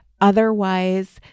Otherwise